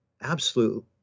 absolute